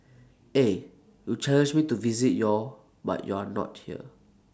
eh you challenged me to visit your but you are not here